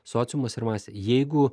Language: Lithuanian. sociumas ir masė jeigu